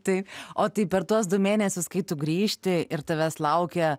tai o tai per tuos du mėnesius kai tu grįžti ir tavęs laukia